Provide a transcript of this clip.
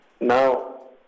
Now